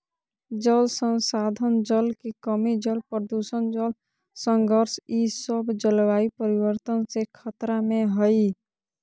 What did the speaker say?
जल संसाधन, जल के कमी, जल प्रदूषण, जल संघर्ष ई सब जलवायु परिवर्तन से खतरा में हइ